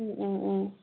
ம் ம்